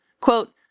Quote